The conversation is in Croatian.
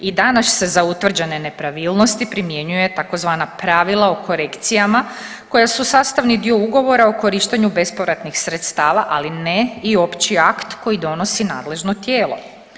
I danas se za utvrđene nepravilnosti primjenjuje tzv. pravila o korekcijama koja su sastavni dio ugovora o korištenju bespovratnih sredstava, ali ne i opći akt koji donosi nadležno tijelo.